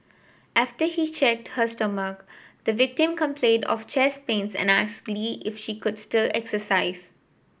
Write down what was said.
after he checked her stomach the victim complained of chest pains and asked Lee if she could still exercise